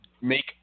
make